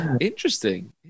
interesting